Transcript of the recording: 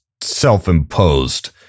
self-imposed